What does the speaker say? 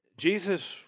Jesus